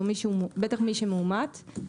בטח מי שמאומת,